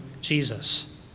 Jesus